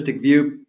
view